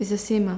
is the same ah